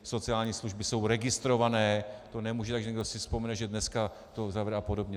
Sociální služby jsou registrované, to nemůže, když někdo si vzpomene, že dneska to zavede a podobně.